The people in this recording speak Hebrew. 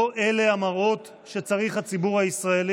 לא אלו המראות שצריך הציבור הישראלי